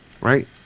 Right